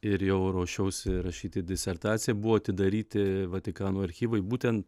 ir jau ruošiausi rašyti disertaciją buvo atidaryti vatikano archyvai būten